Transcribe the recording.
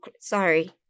sorry